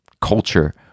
culture